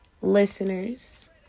listeners